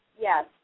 Yes